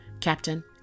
Captain